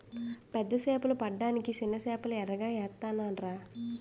పెద్ద సేపలు పడ్డానికి సిన్న సేపల్ని ఎరగా ఏత్తనాన్రా